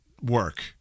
work